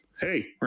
Hey